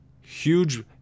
Huge